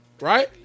Right